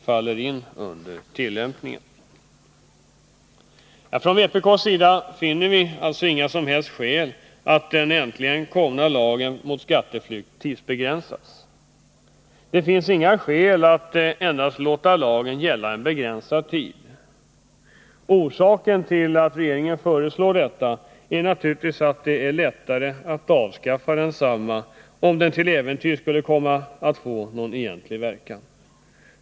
Vpk ser inga som helst skäl till att tidsbegränsa den nu äntligen tillkomna lagen mot skatteflykt. Det finns inga skäl att låta lagen gälla endast begränsad tid. Orsaken till att regeringen föreslår det är naturligtvis att det då är lättare Nr 34 att avskaffa densamma om den till äventyrs skulle komma att få någon Onsdagen den egentlig verkan.